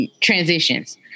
Transitions